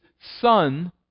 son